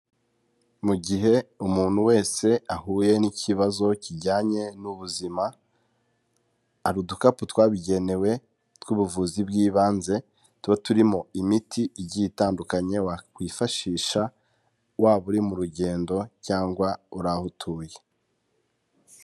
Mu gihe umuntu wese ahuye n'ikibazo kijyanye n'ubuzima, hari udukapu twabigenewe tw'ubuvuzi bw'ibanze tuba turimo imiti igiye itandukanye wakwifashisha, waba uri mu rugendo cyangwa uri aho utuye.